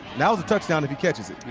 that was a touchdown if he catches it.